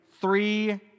three